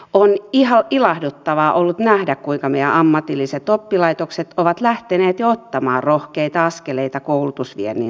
on ilahduttavaa ollut nähdä kuinka meidän ammatilliset oppilaitokset ovat lähteneet jo ottamaan rohkeita askeleita koulutusviennin saralla